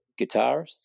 guitarist